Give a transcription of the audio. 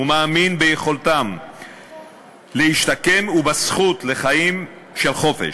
ומאמין ביכולתן להשתקם ובזכותן לחיים של חופש,